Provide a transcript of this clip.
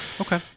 Okay